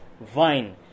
vine